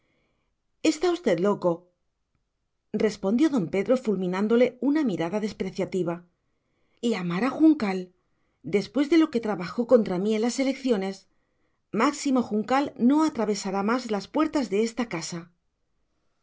está usted loco respondió don pedro fulminándole una mirada despreciativa llamar a juncal después de lo que trabajó contra mí en las elecciones máximo juncal no atravesará más las puertas de esta casa